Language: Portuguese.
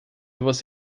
você